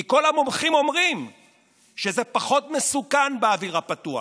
כי כל המומחים אומרים שזה פחות מסוכן באוויר הפתוח,